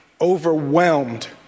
overwhelmed